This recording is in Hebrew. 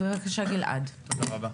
תודה רבה.